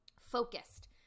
focused